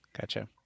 Gotcha